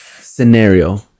scenario